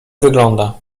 wygląda